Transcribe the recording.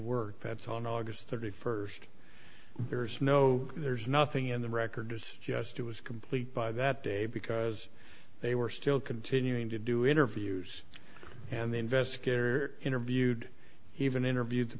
work that's on august thirty first there's no there's nothing in the records just it was complete by that day because they were still continuing to do interviews and the investigator interviewed even interviewed the